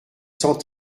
cent